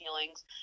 feelings